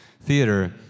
Theater